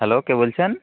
hello কে বলছেন